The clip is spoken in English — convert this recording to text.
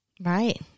Right